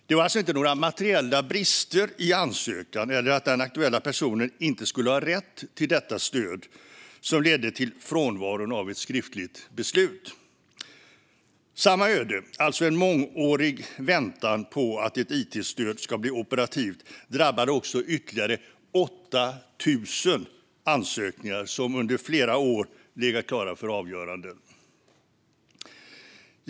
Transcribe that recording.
Det var alltså inte några materiella brister i ansökan eller att den aktuella personen inte skulle ha rätt till detta stöd som ledde till frånvaron av ett skriftligt beslut. Samma öde, alltså en mångårig väntan på att ett it-stöd ska bli operativt, drabbade ytterligare 8 000 ansökningar som under flera år legat klara för avgöranden.